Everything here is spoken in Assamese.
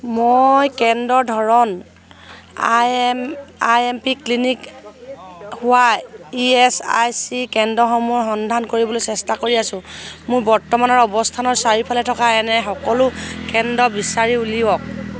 মই কেন্দ্ৰৰ ধৰণ I M I M P clinic হোৱা ই এছ আই চি কেন্দ্ৰসমূহৰ সন্ধান কৰিবলৈ চেষ্টা কৰি আছোঁ মোৰ বৰ্তমানৰ অৱস্থানৰ চাৰিওফালে থকা এনে সকলো কেন্দ্ৰ বিচাৰি উলিয়াওক